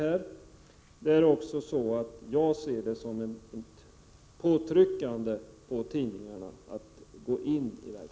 Jag ser också det här som ett sätt att utöva tryck på tidningarna att gå in i verksamheten.